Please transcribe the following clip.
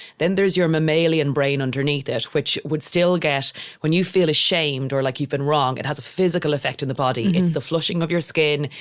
then there's your mammalian brain underneath that, which would still get when you feel ashamed or like you've been wrong, it has a physical effect on the body. it's the flushing of your skin.